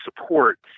support